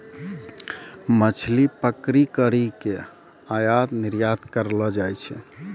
मछली पकड़ी करी के आयात निरयात करलो जाय छै